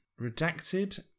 Redacted